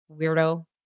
weirdo